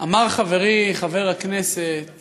אמר חברי חבר הכנסת